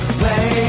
play